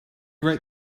right